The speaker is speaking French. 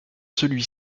celui